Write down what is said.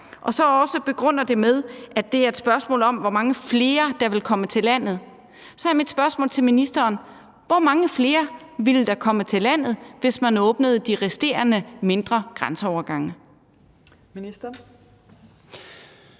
og så også begrunder det med, at det er et spørgsmål om, hvor mange flere der vil komme til landet, så er mit spørgsmål til ministeren: Hvor mange flere ville der komme til landet, hvis man åbnede de resterende, mindre grænseovergange? Kl.